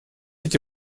эти